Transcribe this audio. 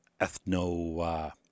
ethno